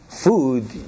Food